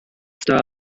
star